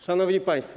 Szanowni Państwo!